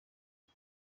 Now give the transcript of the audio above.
ari